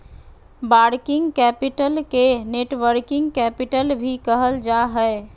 working capital के net working capital भी कहल जा हय